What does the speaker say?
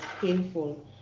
painful